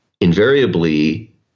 invariably